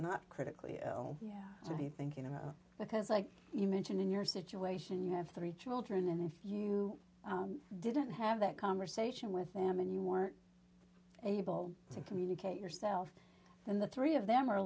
not critically ill yeah so you think you know because like you mentioned in your situation you have three children and if you didn't have that conversation with them and you weren't able to communicate yourself and the three of them are